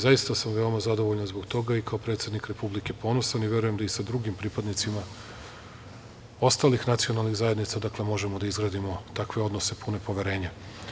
Zaista sam veoma zadovoljan zbog toga i kao predsednik Republike ponosan i verujem da i sa drugim pripadnicima ostalih nacionalnih zajednica možemo da izradimo takve odnose, pune poverenja.